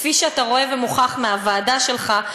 כפי שאתה רואה ומוכח מהוועדה שלך,